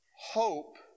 Hope